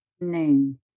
noon